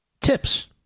tips